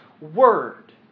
Word